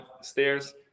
stairs